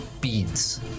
beads